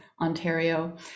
ontario